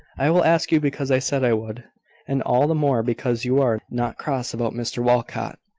i will ask you because i said i would and all the more because you are not cross about mr walcot